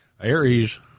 ARIES